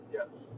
Yes